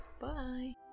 Bye